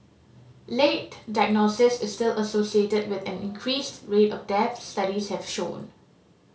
late diagnosis is still associated with an increased rate of deaths studies have shown